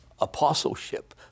apostleship